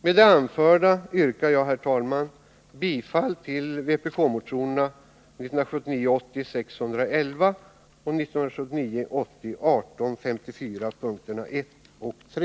Med det anförda yrkar jag, herr talman, bifall till motionerna 1979 80:1854, punkterna 1 och 3.